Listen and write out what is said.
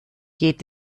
geht